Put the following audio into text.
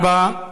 תודה רבה.